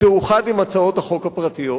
היא תאוחד עם הצעות החוק הפרטיות.